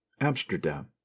amsterdam